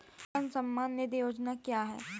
किसान सम्मान निधि योजना क्या है?